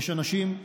יש אנשים,